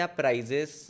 prices